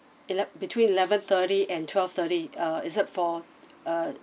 ele~ between eleven thirty and twelve thirty uh is it for uh